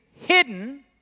hidden